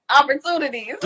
opportunities